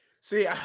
See